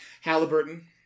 Halliburton